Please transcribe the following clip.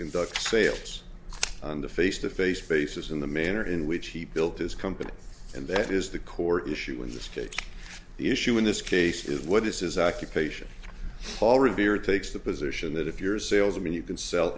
conduct sales on the face to face basis in the manner in which he built his company and that is the core issue in this case the issue in this case is what is his occupation paul revere takes the position that if you're a salesman you can sell